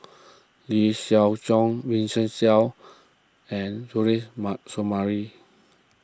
Lee Siew Choh Vincent Leow and Suzairhe Sumari